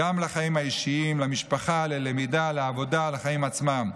גם לחיים האישיים, למשפחה, ללמידה, לחיים עצמם.